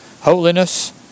holiness